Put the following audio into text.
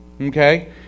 Okay